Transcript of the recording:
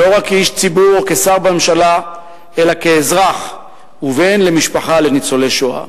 לא רק כאיש ציבור או כשר בממשלה אלא כאזרח ובן למשפחה של ניצולי שואה.